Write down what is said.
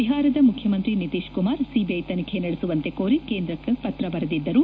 ಬಿಹಾರದ ಮುಖ್ಯಮಂತ್ರಿ ನಿತೀಶ್ ಕುಮಾರ್ ಸಿಬಿಐ ತನಿಖೆ ನಡೆಸುವಂತೆ ಕೋರಿ ಕೇಂದ್ರಕ್ನೆ ಪತ್ರ ಬರೆದಿದ್ದರು